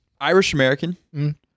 Irish-American